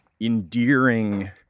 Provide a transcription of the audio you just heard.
endearing